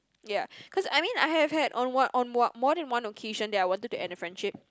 ya cause I mean I have had on what on what more than one occasion that I wanted to end a friendship